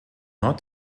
not